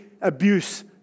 abuse